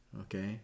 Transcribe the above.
Okay